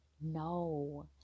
no